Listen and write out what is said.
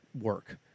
work